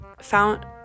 found